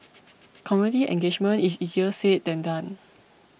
community engagement is easier said than done